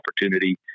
opportunity